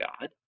god